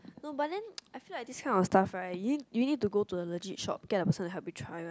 no but then I feel like this kind of stuff right you need you need to go to a legit shop get the person to help you try one